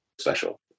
special